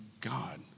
God